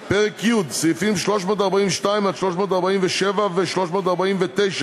פרק י', סעיפים 342 347 ו-349: